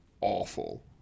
awful